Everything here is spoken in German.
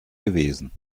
gewesen